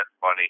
Funny